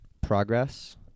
progress